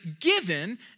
given